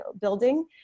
building